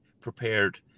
prepared